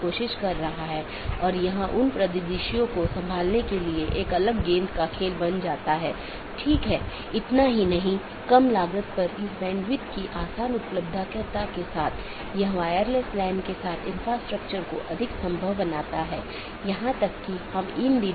इसलिए हमारा मूल उद्देश्य यह है कि अगर किसी ऑटॉनमस सिस्टम का एक पैकेट किसी अन्य स्थान पर एक ऑटॉनमस सिस्टम से संवाद करना चाहता है तो यह कैसे रूट किया जाएगा